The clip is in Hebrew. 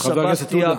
סבסטיה,